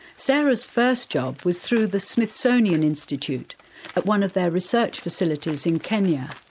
sarah's first job was through the smithsonian institute at one of their research facilities in kenya.